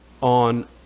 on